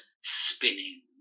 spinning